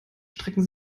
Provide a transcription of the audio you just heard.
strecken